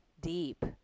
deep